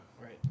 Right